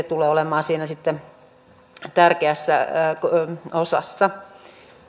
tulee olemaan siinä tärkeässä osassa